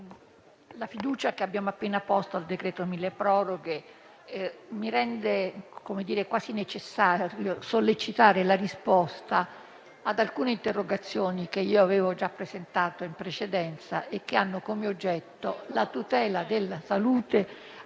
la fiducia che abbiamo appena approvato, posta sul decreto cosiddetto milleproroghe, mi rende quasi necessario sollecitare la risposta ad alcune interrogazioni che avevo già presentato in precedenza e che hanno come oggetto la tutela della salute attraverso